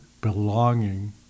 belonging